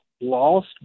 lost